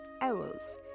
Owls